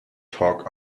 talk